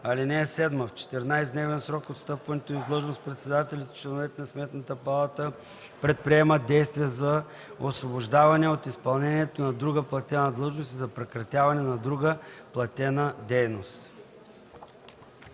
права. (7) В 14-дневен срок от встъпването им в длъжност председателят и членовете на Сметната палата предприемат действия за освобождаване от изпълнението на друга платена длъжност и за прекратяване на друга платена дейност.”